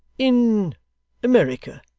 in america,